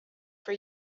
for